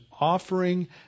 offering